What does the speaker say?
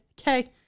Okay